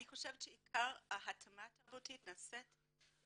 אני חושבת שעיקר ההתאמה התרבותית נעשית,